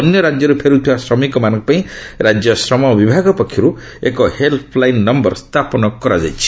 ଅନ୍ୟ ରାଜ୍ୟରୁ ଫେରୁଥିବା ଶ୍ରମିକମାନଙ୍କ ପାଇଁ ରାଜ୍ୟ ଶ୍ରମ ବିଭାଗ ପକ୍ଷରୁ ଏକ ହେଲ୍ସଲାଇନ୍ ନମ୍ଘର ସ୍ଥାପନ କରାଯାଇଛି